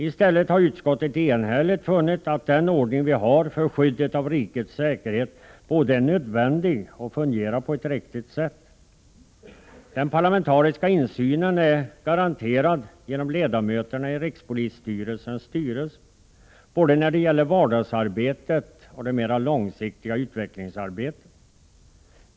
I stället har utskottet enhälligt funnit att den ordning som vi har för skyddet av rikets säkerhet är nödvändig och fungerar på ett riktigt sätt. Den parlamentariska insynen är garanterad genom ledamöterna i rikspolisstyrelsens styrelse när det gäller både vardagsarbetet och det mera långsiktiga utvecklingsarbetet.